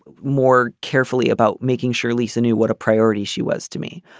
more carefully about making sure lisa knew what a priority she was to me.